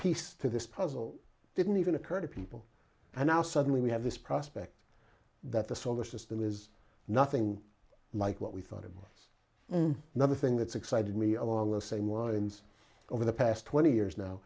piece to this puzzle didn't even occur to people and now suddenly we have this prospect that the solar system is nothing like what we thought it was another thing that's excited me along the same lines over the past twenty years now